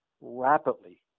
rapidly